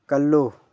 ꯀꯜꯂꯨ